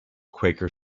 quaker